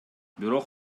бирок